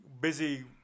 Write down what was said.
busy